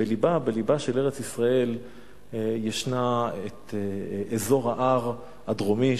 בלבה של ארץ-ישראל יש את אזור ההר הדרומי,